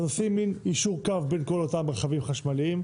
אז עושים מין יישור קו בין כל אותם רכבים חשמליים,